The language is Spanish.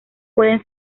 pueden